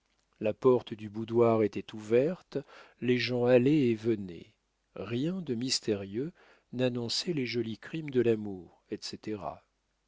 la porte du boudoir était ouverte les gens allaient et venaient rien de mystérieux n'annonçait les jolis crimes de l'amour etc